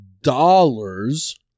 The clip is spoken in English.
dollars